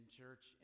church